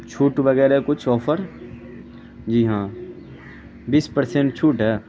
چھوٹ وغیرہ کچھ آفر جی ہاں بیس پرسنٹ چھوٹ ہے